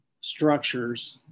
structures